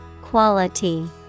Quality